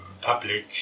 public